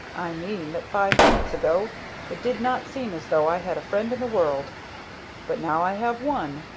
i mean that five minutes ago it did not seem as though i had a friend in the world but now i have one,